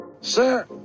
Sir